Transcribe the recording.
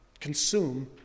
consume